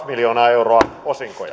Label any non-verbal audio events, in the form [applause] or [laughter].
[unintelligible] miljoonaa euroa osinkoja [unintelligible]